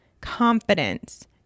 confidence